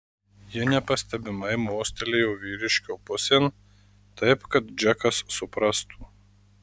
ji nepastebimai mostelėjo vyriškio pusėn taip kad džekas suprastų